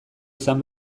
izan